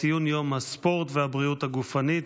ציון יום הספורט והבריאות הגופנית.